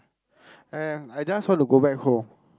eh I just want to go back home